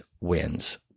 wins